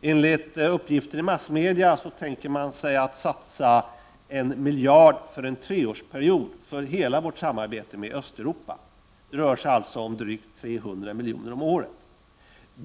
Enligt uppgifter i massmedia skall en miljard kronor under en treårsperiod satsas för hela vårt samarbete med Östeuropa. Det rör sig alltså om drygt 300 milj.kr. om året.